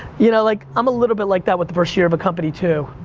you know like, i'm a little bit like that with the first year of a company too.